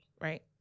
right